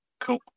Cool